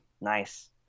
Nice